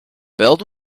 belt